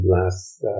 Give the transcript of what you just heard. last